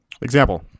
Example